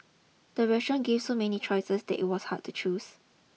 the restaurant gave so many choices that it was hard to choose